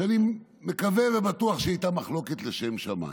ואני מקווה ובטוח שאלה היו מחלוקות לשם שמיים.